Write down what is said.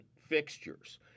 fixtures